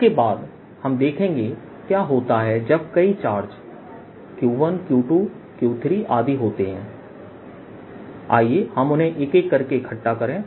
इसके बाद हम देखेंगे क्या होता है जब कई चार्जQ1 Q2 Q3 आदि होते हैं आइए हम उन्हें एक एक करके इकट्ठा करें